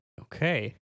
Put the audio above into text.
Okay